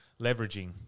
leveraging